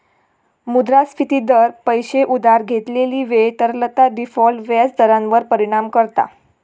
मुद्रास्फिती दर, पैशे उधार घेतलेली वेळ, तरलता, डिफॉल्ट व्याज दरांवर परिणाम करता